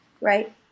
Right